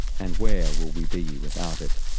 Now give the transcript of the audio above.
and where will we be without it?